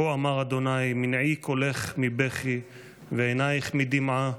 כה אמר ה' מנעי קולך מבכי ועיניך מדמעה